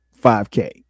5K